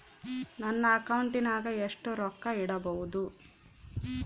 ನನ್ನ ಅಕೌಂಟಿನಾಗ ಎಷ್ಟು ರೊಕ್ಕ ಇಡಬಹುದು?